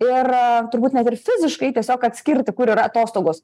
ir turbūt net ir fiziškai tiesiog atskirti kur yra atostogos